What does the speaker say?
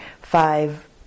five